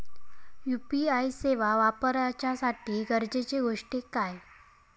UPI सेवा वापराच्यासाठी गरजेचे गोष्टी काय?